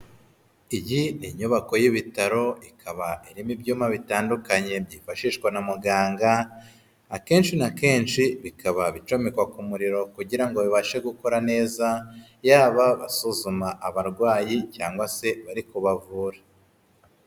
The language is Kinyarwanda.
Iyi ni inyubako y'ibitaro ikaba irimo ibyuma bitandukanye byifashishwa na muganga, akenshi na kenshi bikaba bicomekwa ku muriro kugira ngo bibashe gukora neza yaba basuzuma abarwayi cyangwa se bari kubavura.